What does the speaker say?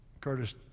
Curtis